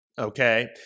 Okay